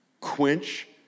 quench